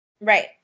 Right